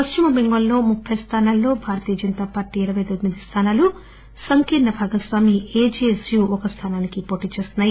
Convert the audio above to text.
పశ్చిమ బెంగాల్లో ముప్పి స్థానాల్లో భారతీయ జనతాపార్టీ ఇరవై తొమ్మిది స్థానాలు సంకీర్ణ భాగస్వామి ఏ జేఎస్టీయూ ఒక స్థానానికి పోటీ చేస్తున్నాయి